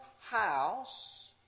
house